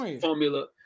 formula